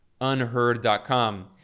unheard.com